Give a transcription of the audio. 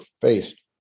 faced